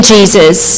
Jesus